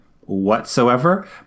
whatsoever